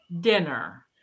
dinner